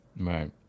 right